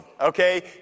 okay